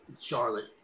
Charlotte